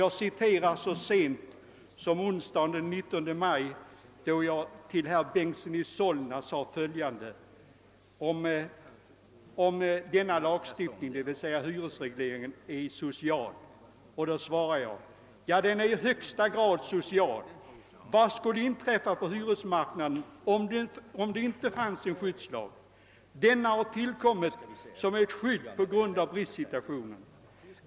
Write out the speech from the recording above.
Jag citerar vad jag yttrade onsdagen den 19 maj 1965, då jag till herr Bengtson i Solna sade följande som svar på frågan, huruvida hyreslagstiftningen är social: »Ja, den är i högsta grad social. Vad skulle inträffa på hyresmarknaden om det inte fanns en skyddslag? Denna har tillkommit som ett skydd på grund av en bristsituation.